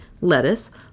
lettuce